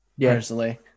Personally